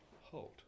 Hold